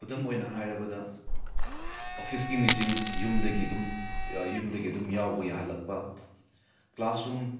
ꯈꯨꯗꯝ ꯑꯣꯏꯅ ꯍꯥꯏꯔꯕꯗ ꯑꯣꯐꯤꯁꯀꯤ ꯃꯤꯇꯤꯡ ꯌꯨꯝꯗꯒꯤ ꯑꯗꯨꯝ ꯌꯨꯝꯗꯒꯤ ꯑꯗꯨꯝ ꯌꯥꯎꯕ ꯌꯥꯍꯜꯂꯛꯄ ꯀ꯭ꯂꯥꯁꯔꯨꯝ